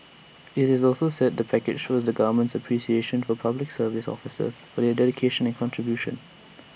IT also said the package shows the government's appreciation of Public Service officers for their dedication and contribution